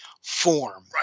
form